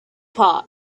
part